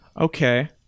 Okay